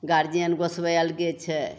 guardian गोसबै अलगे छै